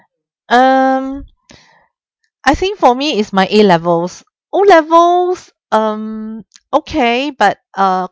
um I think for me is my A levels O levels um okay but uh